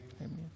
Amen